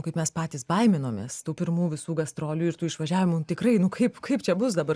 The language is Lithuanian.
kaip mes patys baiminomės tų pirmų visų gastrolių ir tų išvažiavimų nu tikrai nu kaip kaip čia bus dabar